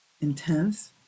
intense